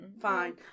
Fine